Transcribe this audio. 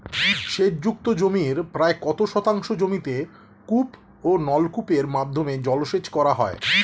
সেচ যুক্ত জমির প্রায় কত শতাংশ জমিতে কূপ ও নলকূপের মাধ্যমে জলসেচ করা হয়?